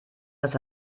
das